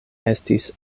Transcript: estis